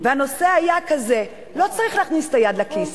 הנושא היה כזה, לא צריך להכניס את היד לכיס,